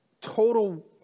total